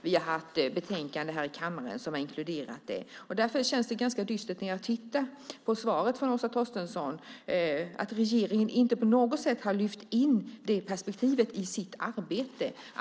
Vi har haft betänkanden här i kammaren som har inkluderat det. Därför känns det dystert att titta på svaret från Åsa Torstensson. Regeringen har inte på något sätt lyft in det perspektivet i sitt arbete.